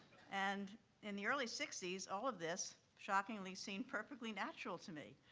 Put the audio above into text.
and in the early sixty s, all of this shockingly seemed perfectly natural to me.